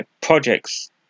projects